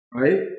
right